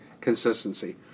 consistency